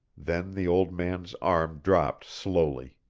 then the old man's arm dropped slowly.